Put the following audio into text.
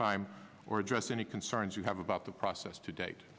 time or address any concerns you have about the process to date